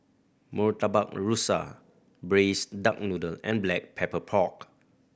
Murtabak Rusa Braised Duck Noodle and Black Pepper Pork